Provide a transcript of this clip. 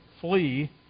Flee